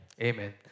Amen